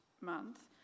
month